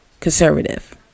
conservative